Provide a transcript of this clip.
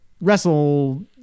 wrestle